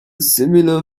similar